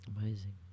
Amazing